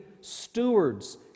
stewards